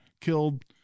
killed